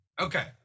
Okay